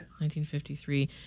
1953